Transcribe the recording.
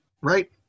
Right